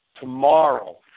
Tomorrow